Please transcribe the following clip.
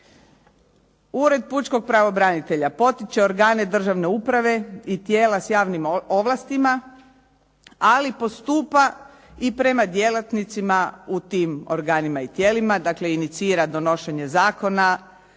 Ured pučkog pravobranitelja potiče organe državne uprave i tijela s javnim ovlastima, ali postupa i prema djelatnicima u tim organima i tijelima. Dakle inicira donošenje zakona,